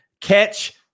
Catch